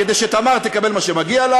כדי שתמר תקבל את מה שמגיע לה